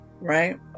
right